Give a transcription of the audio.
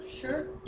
sure